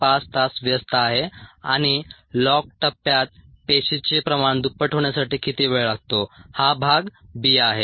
5 तास व्यस्त आहे आणि लॉग टप्प्यात पेशीचे प्रमाण दुप्पट होण्यासाठी किती वेळ लागतो हा भाग बी आहे